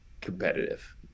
competitive